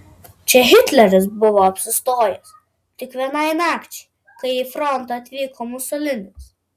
čia hitleris buvo apsistojęs tik vienai nakčiai kai į frontą atvyko musolinis